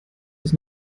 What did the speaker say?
das